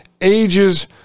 Ages